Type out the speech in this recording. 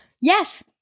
Yes